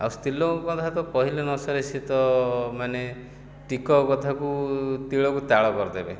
ଆଉ ସ୍ତ୍ରୀଲୋକଙ୍କ କଥା ତ କହିଲେ ନ ସରେ ସିଏ ତ ମାନେ ଟିକକ କଥାକୁ ତିଳକୁ ତାଳ କରିଦେବେ